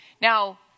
Now